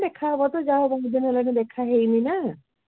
ଦେଖା ହେବ ତ ଯାହା କେତେଦିନି ହେଲା ଦେଖା ହେଇନି ନା